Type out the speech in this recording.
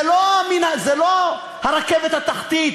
זה לא הרכבת התחתית.